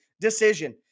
decision